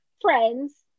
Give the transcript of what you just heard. friends